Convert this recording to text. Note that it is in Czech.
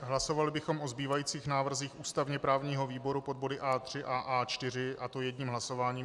Hlasovali bychom o zbývajících návrzích ústavněprávního výboru pod body A3 a A4, a to jedním hlasováním.